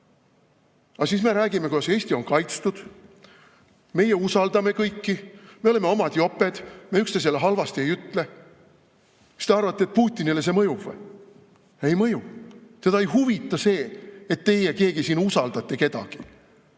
Aga siis me räägime, kuidas Eesti on kaitstud. Meie usaldame kõiki, me oleme omad joped, me üksteisele halvasti ei ütle. Mis te arvate, et Putinile see mõjub? Ei mõju! Teda ei huvita see, et teie keegi siin usaldati kedagi.